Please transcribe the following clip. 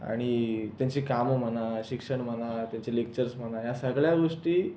आणि त्यांची कामं म्हणा शिक्षण म्हणा त्यांचे लेक्चर्स म्हणा ह्या सगळ्या गोष्टी